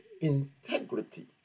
integrity